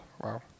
Wow